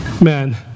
Man